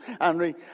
Henry